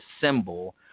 symbol